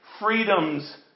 freedoms